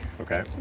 Okay